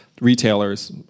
retailers